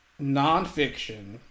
nonfiction